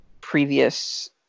previous